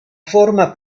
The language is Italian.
forma